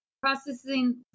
processing